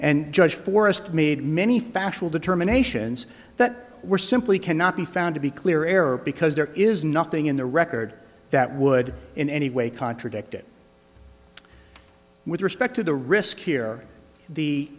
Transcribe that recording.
and judge forrest made many factual determination that were simply cannot be found to be clear error because there is nothing in the record that would in any way contradict it with respect to the risk here the